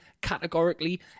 categorically